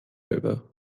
elbe